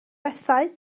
bethau